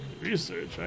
research